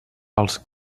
els